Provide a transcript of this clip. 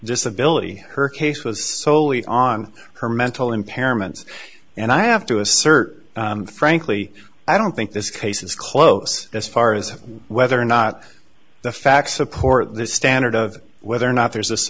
disability her case was soley on her mental impairment and i have to assert frankly i don't think this case is close as far as whether or not the facts support the standard of whether or not there's